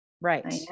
Right